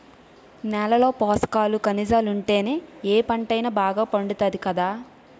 నేలలో పోసకాలు, కనిజాలుంటేనే ఏ పంటైనా బాగా పండుతాది కదా